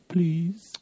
Please